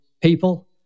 people